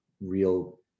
real